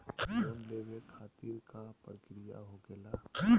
Loan लेवे खातिर का का प्रक्रिया होखेला?